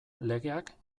legeak